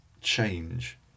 change